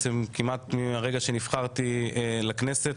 כמעט מהרגע שנבחרתי לכנסת,